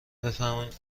بفرمایید